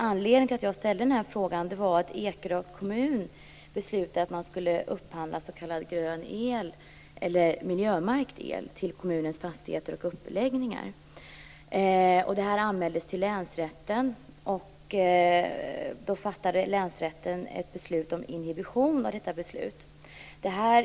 Anledningen till att jag ställde den här frågan var att Ekerö kommun hade beslutat att upphandla s.k. grön eller miljömärkt el till kommunens fastigheter och anläggningar. Detta anmäldes till länsrätten, som beslöt om inhibition av detta beslut.